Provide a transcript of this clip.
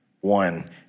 One